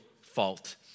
fault